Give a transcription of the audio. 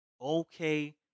okay